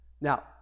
Now